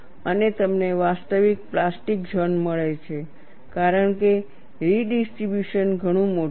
અને તમને વાસ્તવિક પ્લાસ્ટિક ઝોન મળે છે કારણ કે રીડિસ્ટ્રિબ્યુશન ઘણું મોટું છે